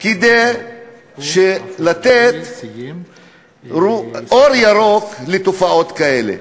כדי לתת אור ירוק לתופעות כאלה.